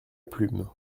plume